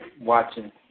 watching